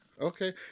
Okay